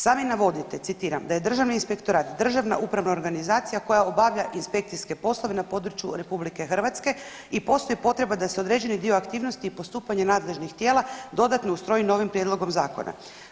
Sami navodite, citiram, da je Državni inspektorat državna upravna organizacija koja obavlja inspekcijske poslove na području RH i postoji potreba da se određeni dio aktivnosti i postupanja nadležnih tijela dodatno ustroji novim prijedlogom zakona.